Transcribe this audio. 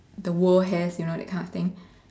the world has you know that kind of things